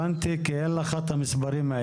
רק אם הוא מסכים.